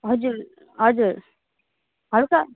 हजुर हजुर हल्का